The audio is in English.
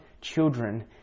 children